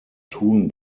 tun